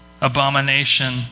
abomination